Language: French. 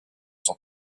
sont